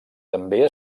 també